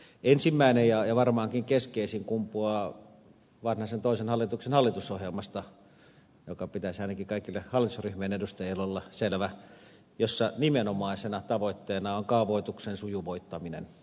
ensimmäinen ja varmaankin keskeisin kumpuaa vanhasen toisen hallituksen hallitusohjelmasta jonka pitäisi ainakin kaikille hallitusryhmien edustajille olla selvä ja siinä nimenomaisena tavoitteena on kaavoituksen sujuvoittaminen